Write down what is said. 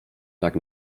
tak